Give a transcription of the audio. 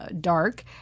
dark